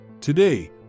Today